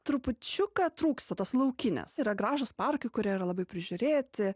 trupučiuką trūksta tos laukinės yra gražūs parkai kurie yra labai prižiūrėti